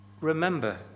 remember